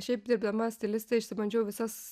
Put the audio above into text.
šiaip dirbdama stiliste išsibandžiau visas